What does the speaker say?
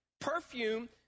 perfume